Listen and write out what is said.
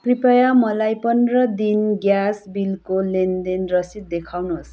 कृपया मलाई पन्ध्र दिन ग्यास बिलको लेनदेन रसिद देखाउनुहोस्